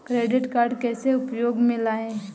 Credit card कैसे उपयोग में लाएँ?